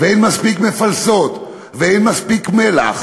ואין מספיק מפלסות ואין מספיק מלח.